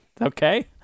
Okay